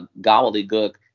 gobbledygook